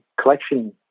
collection